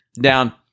down